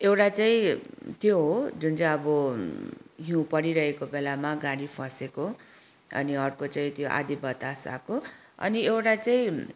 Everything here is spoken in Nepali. एउटा चाहिँ त्यो हो जुन चाहिँ अब हिउँ परिरहेको बेलामा गाडी फसेको अनि अर्को चाहिँ त्यो आँधी बतास आएको अनि एउटा चाहिँ